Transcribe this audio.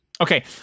Okay